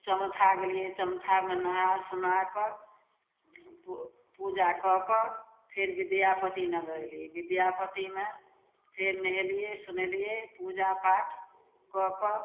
चमथा गेलियै चमथामे नहा सुना कऽ पूजा कऽ कऽ फेर विद्यापति नगर अयलियै विद्यापतिमे फेर नहेलियै सुनेलियै पूजा पाठ कऽ कऽ